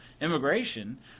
immigration